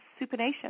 supination